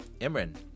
Imran